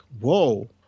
whoa